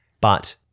But-